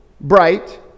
bright